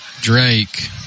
Drake